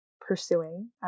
pursuing